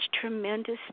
tremendous